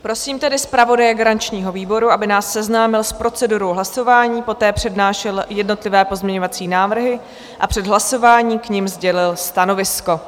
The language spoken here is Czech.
Prosím tedy zpravodaje garančního výboru, aby nás seznámil s procedurou hlasování, poté přednášel jednotlivé pozměňovací návrhy a před hlasováním k nim sdělil stanovisko.